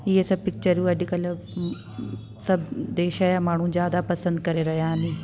इहे सभु पिकिचरियूं अॼुकल्ह सभु देश या माण्हू जादा पसंदि करे रहिया आहिनि